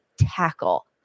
tackle